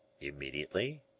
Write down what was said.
Immediately